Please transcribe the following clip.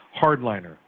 hardliner